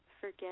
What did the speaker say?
forget